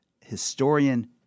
historian